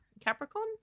Capricorn